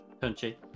Punchy